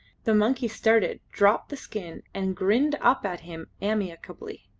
the monkey started, dropped the skin, and grinned up at him amicably.